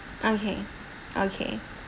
okay okay